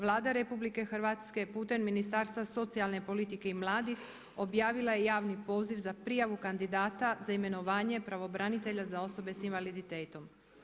Vlada RH putem Ministarstva socijalne politike i mladih objavila je javni poziv za prijavu kandidata za imenovanje pravobranitelja za osobe sa invaliditetom.